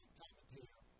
commentator